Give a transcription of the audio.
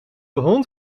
hond